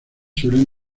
suelen